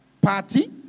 party